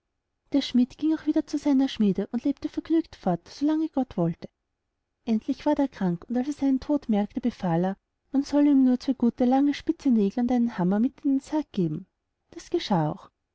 der schmid ging auch wieder zu seiner schmiede und lebte vergnügt fort so lang gott wollte endlich ward er krank und als er seinen tod merkte befahl er man sollte ihm nur zwei gute lange spitze nägel und einen hammer mit in den sarg geben das geschah auch